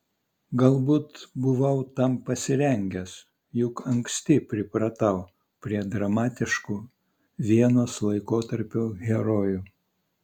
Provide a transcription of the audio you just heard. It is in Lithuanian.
galbūt buvau tam pasirengęs juk anksti pripratau prie dramatiškų vienos laikotarpio herojų